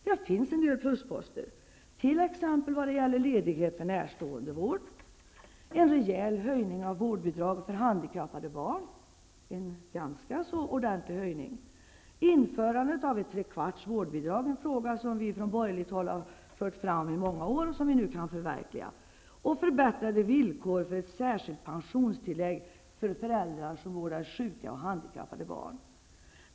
Det finns en del plusposter, t.ex. ledighet för närståendevård, en rejäl höjning av vårdbidraget för handikappade barn, införandet av ett tre fjärdedels vårdbidrag -- en fråga som vi från borgerligt håll har fört fram i många år och nu kan förverkliga -- och förbättrade villkor för särskilt pensionstillägg för föräldrar som vårdar sjuka och handikappade barn.